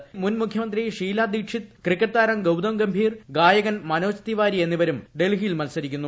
ഡൽഹിയിൽ മുൻ മുഖ്യമന്ത്രി ഷീല ദീക്ഷിത് ക്രിക്കറ്റ് താരം ഗൌതം ഗംഭീർ ഗായകൻ മനോജ് തിവാരി എന്നിവരും ഡൽഹിയിൽ മത്സരിക്കുന്നു